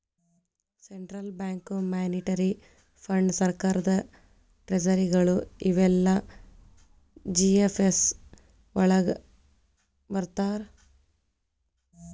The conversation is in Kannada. ಸೆಂಟ್ರಲ್ ಬ್ಯಾಂಕು, ಮಾನಿಟರಿ ಫಂಡ್.ಸರ್ಕಾರದ್ ಟ್ರೆಜರಿಗಳು ಇವೆಲ್ಲಾ ಜಿ.ಎಫ್.ಎಸ್ ವಳಗ್ ಬರ್ರ್ತಾವ